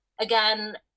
again